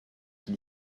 qui